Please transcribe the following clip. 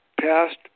passed